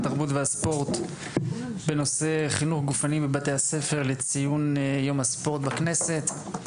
התרבות והספורט בנושא חינוך גופני בבתי הספר לציון יום הספורט בכנסת.